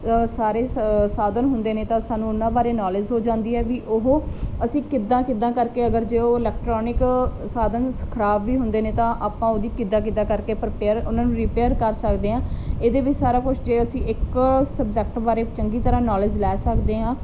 ਸਾਰੇ ਸ ਸਾਧਨ ਹੁੰਦੇ ਨੇ ਤਾਂ ਸਾਨੂੰ ਉਹਨਾਂ ਬਾਰੇ ਨੌਲੇਜ ਹੋ ਜਾਂਦੀ ਹੈ ਵੀ ਉਹ ਅਸੀਂ ਕਿੱਦਾਂ ਕਿੱਦਾਂ ਕਰਕੇ ਅਗਰ ਜੇ ਉਹ ਇਲੈਕਟਰੋਨਿਕ ਸਾਧਨ ਸ ਖ਼ਰਾਬ ਵੀ ਹੁੰਦੇ ਨੇ ਤਾਂ ਆਪਾਂ ਉਹਦੀ ਕਿੱਦਾਂ ਕਿੱਦਾਂ ਕਰਕੇ ਪ੍ਰਪੇਅਰ ਉਹਨਾਂ ਨੂੰ ਰਿਪੇਅਰ ਕਰ ਸਕਦੇ ਹਾਂ ਇਹਦੇ ਵਿੱਚ ਸਾਰਾ ਕੁਛ ਜੇ ਅਸੀਂ ਇੱਕ ਸਬਜੈਕਟ ਬਾਰੇ ਚੰਗੀ ਤਰ੍ਹਾਂ ਨੌਲੇਜ ਲੈ ਸਕਦੇ ਹਾਂ